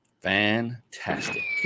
Fantastic